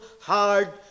hard